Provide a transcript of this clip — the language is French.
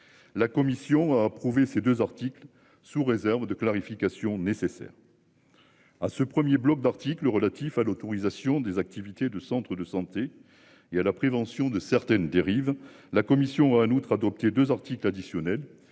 La commission a approuvé ces 2 articles sous réserve de clarifications nécessaires. À ce 1er bloc d'articles relatifs à l'autorisation des activités de centres de santé et à la prévention de certaines dérives. La commission à outre adopté 2 articles additionnels.